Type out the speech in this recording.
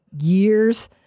years